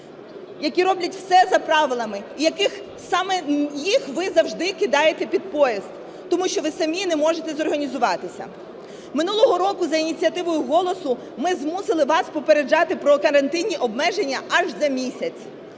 які роблять все за правилами і саме їх ви завжди кидаєте під поїзд, тому що ви самі не можете зорганізуватися. Минулого року за ініціативою "Голосу" ми змусили вас попереджати про карантинні обмеження аж за місяць.